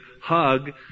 hug